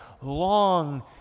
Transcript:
long